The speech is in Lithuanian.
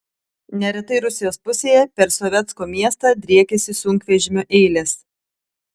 neretai rusijos pusėje per sovetsko miestą driekiasi sunkvežimių eilės